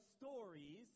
stories